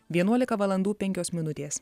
vienuolika valandų penkios minutės